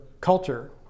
culture